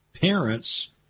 parents